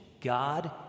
God